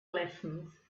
lessons